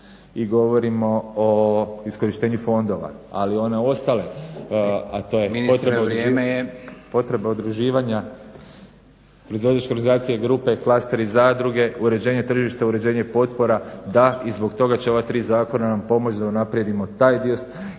i govorimo o iskorištenju fondova, ali one ostale, a to je potreba udruživanja proizvođačke organizacije i …/Govornik se ne razumije./… zadruge, uređenje tržišta, uređenje potpora. Da i zbog toga će ova tri zakona nam pomoći da unaprijedimo taj dio i